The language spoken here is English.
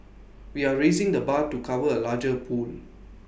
we are raising the bar to cover A larger pool